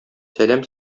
сәлам